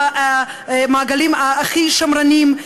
מהמעגלים הכי שמרניים,